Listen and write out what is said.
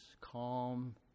calm